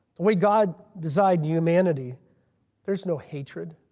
way god designed humanity there's no hatred.